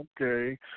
okay